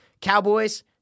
Cowboys